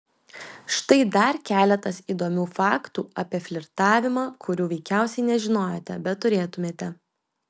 štai dar keletas įdomių faktų apie flirtavimą kurių veikiausiai nežinojote bet turėtumėte